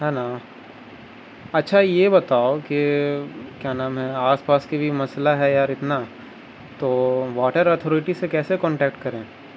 ہے نا اچھا یہ بتاؤ کہ کیا نام ہے آس پاس کی بھی مسئلہ ہے یار اتنا تو واٹر اتھارٹی سے کیسے کانٹیکٹ کریں